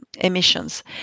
emissions